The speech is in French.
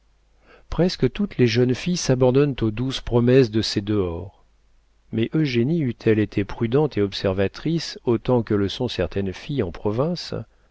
presque toutes les jeunes filles s'abandonnent aux douces promesses de ces dehors mais eugénie eût-elle été prudente et observatrice autant que le sont certaines filles en province